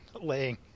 laying